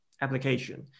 application